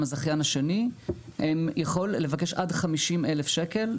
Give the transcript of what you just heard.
הזכיין השני יכול לבקש עד 50,000 שקל,